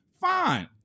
fine